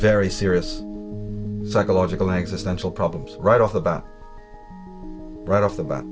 serious psychological existential problems right off the bat right off the bat